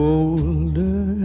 older